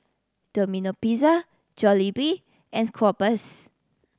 Domino Pizza Jollibee and Schweppes